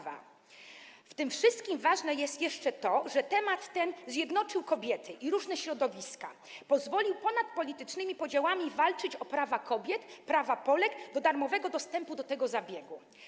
W tym wszystkim ważne jest to, że temat ten zjednoczył kobiety i różne środowiska, pozwolił ponad politycznymi podziałami walczyć o prawa kobiet, prawa Polek do darmowego dostępu do tego zabiegu.